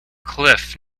cliff